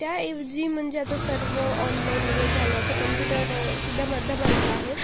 त्या ऐवजी म्हणजे आता सर्व ऑनलाईन वगैरे झाले आहे तर कम्प्युटरसुद्धा माध्यम आलेला आहे